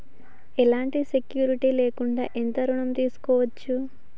ఎలాంటి సెక్యూరిటీ లేకుండా ఎంత ఋణం తీసుకోవచ్చు?